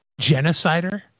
Genocider